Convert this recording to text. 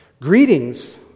Greetings